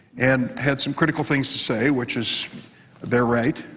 and had some critical things to say, which is their right,